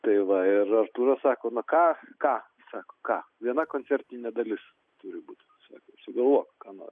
tai va ir artūras sako na ką ką sako ką viena koncertinė dalis turi būt sako sugalvok ką nori